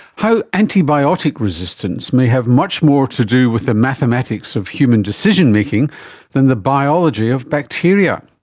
how antibiotic resistance may have much more to do with the mathematics of human decision-making than the biology of bacteria.